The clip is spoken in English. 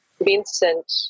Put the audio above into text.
Vincent